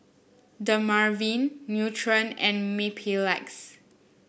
Dermaveen Nutren and Mepilex